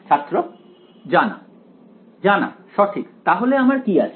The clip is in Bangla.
ছাত্র জানা জানা সঠিক তাহলে আমার কি আছে